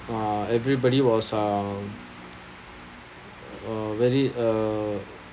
uh everybody was um uh very uh